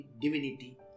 divinity